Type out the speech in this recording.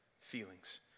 feelings